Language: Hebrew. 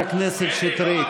חברת הכנסת שטרית,